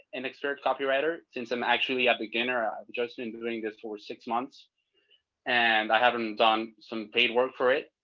an expert copywriter, since i'm actually a beginner, i've just been doing this for six months and i haven't done some paid work for it.